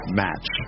match